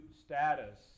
status